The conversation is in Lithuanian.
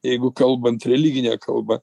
jeigu kalbant religine kalba